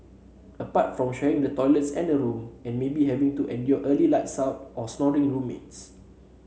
apart from sharing the toilet and a room and maybe having to endure early lights out or snoring roommates